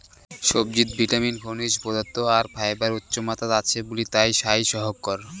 সবজিত ভিটামিন, খনিজ পদার্থ আর ফাইবার উচ্চমাত্রাত আছে বুলি তায় স্বাইস্থ্যকর